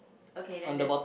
okay then that's